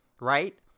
right